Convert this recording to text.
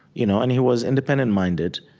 you know and he was independent-minded.